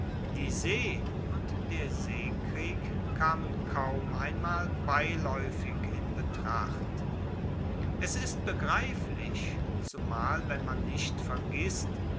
die see und der seekrieg kamen kaum einmal beilaeufig in betracht es ist begreiflich zumal wenn man nicht vergisst